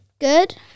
Good